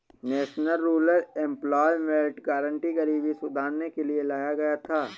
national rural employment guarantee गरीबी सुधारने के लिए लाया गया था